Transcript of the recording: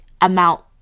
amount